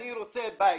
אני רוצה בית,